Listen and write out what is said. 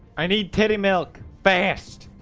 i need teddy milk fast.